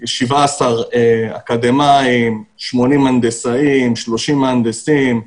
17 אקדמאים, 80 הנדסאים, 30 מהנדסים.